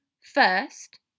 first